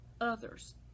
others